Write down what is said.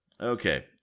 Okay